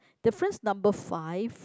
difference number five